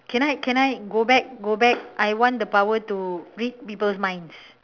can I can I go back go back I want the power to read people's minds